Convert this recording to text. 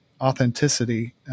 authenticity